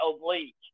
oblique